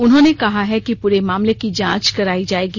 उन्हॉने कहा है कि पूरे मामले की जांच करायी जायेगी